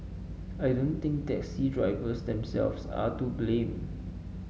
I don't think taxi drivers themselves are to blame